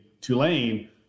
Tulane